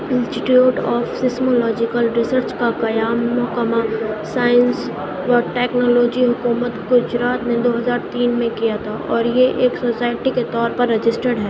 institute of seismological research کا کیام محکمہ سائنس و ٹیکنالوجی حکومت گجرات نے دو ہزار تین میں کیا تھا اور یہ ایک سوسائٹی کے طور پر رجسٹرڈ ہے